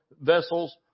vessels